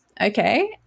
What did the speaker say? Okay